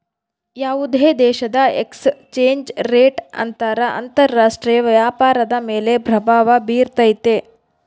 ಯಾವುದೇ ದೇಶದ exchange rate ಅಂತರ ರಾಷ್ಟ್ರೀಯ ವ್ಯಾಪಾರದ ಮೇಲೆ ಪ್ರಭಾವ ಬಿರ್ತೈತೆ